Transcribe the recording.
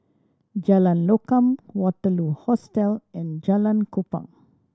Jalan Lokam Waterloo Hostel and Jalan Kupang